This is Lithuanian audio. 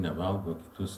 nevalgo kitus